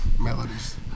melodies